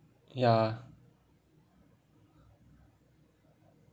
ya